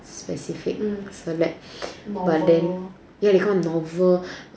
specific like but then ya they come out novel